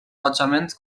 bojament